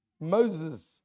Moses